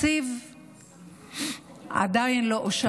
התקציב עדיין לא אושר.